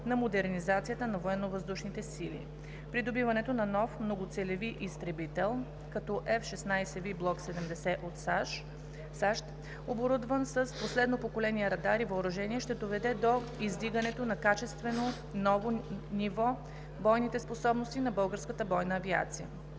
на модернизацията на Военновъздушните сили. Придобиването на нов многоцелеви изтребител като F 16V Block 70 от САЩ, оборудван с последно поколение радар и въоръжение, ще доведе до издигането на качествено ново ниво бойните способности на българската бойна авиация.